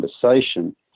conversation